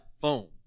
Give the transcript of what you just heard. phone